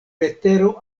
letero